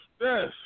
yes